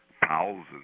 thousands